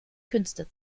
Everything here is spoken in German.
künstler